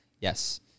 Yes